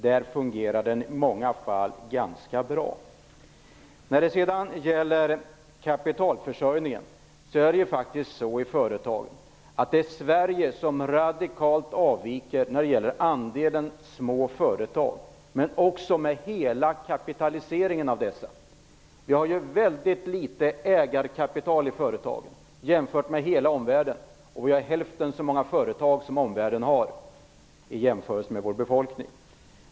Där fungerar den i många fall ganska bra. När det sedan gäller kapitalförsörjningen i företagen avviker faktiskt Sverige radikalt när det gäller andelen små företag men också när det gäller hela kapitaliseringen av dessa. Vi har ju mycket litet ägarkapital i företagen och vi har hälften så många företag jämfört med omvärlden och med hänsyn till vår befolkning.